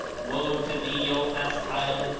woe to thee, o as'ad!